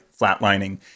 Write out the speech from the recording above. flatlining